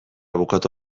bukatu